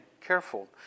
careful